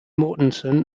mortensen